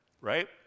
right